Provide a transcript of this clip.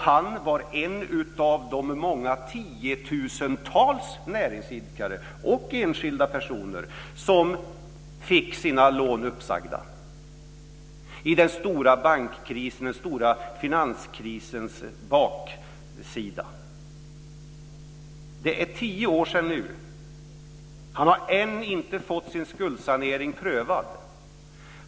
Han var en av de tiotusentals näringsidkare och enskilda personer som fick sina lån uppsagda i den stora bankkrisens, den stora finanskrisens baksida. Det är tio år sedan nu. Han har ännu inte fått sin skuldsanering prövad.